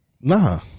Nah